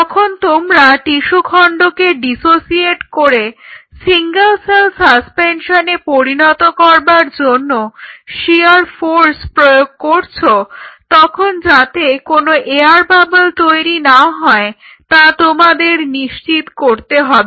যখন তোমরা টিস্যু খণ্ডকে ডিসোসিয়েট করে সিঙ্গেল সেল সাসপেনশনে পরিণত করবার জন্য শিয়ার ফোর্স প্রয়োগ করছো তখন যাতে কোনো এয়ার বাবল্ তৈরি না হয় তা তোমাদের নিশ্চিত করতে হবে